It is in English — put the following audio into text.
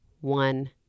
one